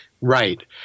Right